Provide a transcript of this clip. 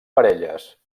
parelles